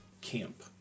camp